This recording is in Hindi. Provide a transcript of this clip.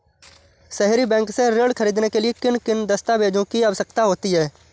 सहरी बैंक से ऋण ख़रीदने के लिए किन दस्तावेजों की आवश्यकता होती है?